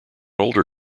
older